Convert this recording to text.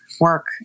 work